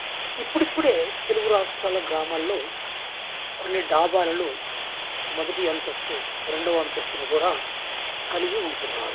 ఇప్పుడిప్పుడే తెలుగు రాష్ట్రాల గ్రామాల్లో కొన్ని డాబాలు మొదటి అంతస్తు రెండవ అంతస్తును కూడా కలిగి ఉంటున్నారు